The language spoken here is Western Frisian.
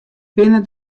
binne